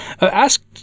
Asked